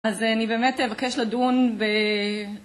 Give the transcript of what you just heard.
אז אני באמת אבקש לדון ב...